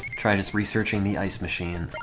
try just researching the ice machine.